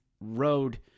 road